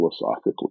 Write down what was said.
philosophically